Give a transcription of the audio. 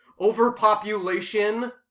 Overpopulation